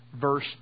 verse